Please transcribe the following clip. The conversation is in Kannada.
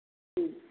ಹ್ಞೂ